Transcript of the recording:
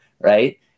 right